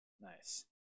Nice